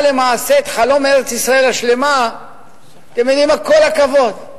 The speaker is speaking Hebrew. למעשה את חלום ארץ-ישראל השלמה "כל הכבוד",